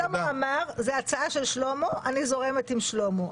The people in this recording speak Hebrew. שלמה אמר, זאת הצעה של שלמה, אני זורמת עם שלמה.